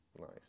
Nice